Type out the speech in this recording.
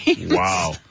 Wow